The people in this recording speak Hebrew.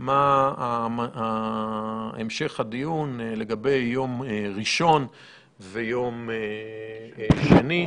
מה המשך הדיון לגבי יום ראשון ויום שני.